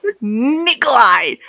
Nikolai